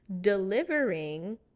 delivering